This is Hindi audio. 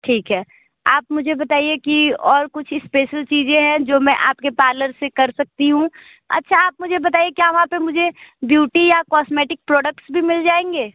ठीक है आप मुझे बताइए कि और कुछ स्पेशल चीज़ें हैं जो मैं आपके पार्लर से कर सकती हूँ अच्छा आप मुझे बताइए क्या वहाँ पे मुझे ब्युटी या कॉस्मेटिक प्रोडक्ट्स भी मिल जाएंगे